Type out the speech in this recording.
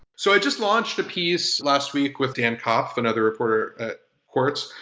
so i just launched a piece last week with dan kopf, another reporter at quartz,